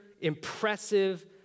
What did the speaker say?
impressive